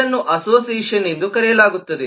ಇದನ್ನು ಅಸೋಸಿಯೇಷನ್ ಎಂದು ಕರೆಯಲಾಗುತ್ತದೆ